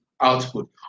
output